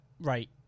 Right